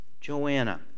Joanna